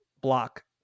block